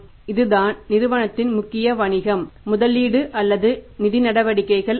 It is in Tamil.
இதுதான் நிறுவனத்தின் முக்கிய வணிகம் முதலீடு அல்லது நிதி நடவடிக்கைகள் அல்ல